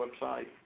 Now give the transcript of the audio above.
website